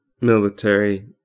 military